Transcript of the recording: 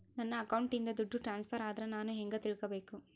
ನನ್ನ ಅಕೌಂಟಿಂದ ದುಡ್ಡು ಟ್ರಾನ್ಸ್ಫರ್ ಆದ್ರ ನಾನು ಹೆಂಗ ತಿಳಕಬೇಕು?